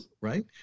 right